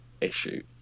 issue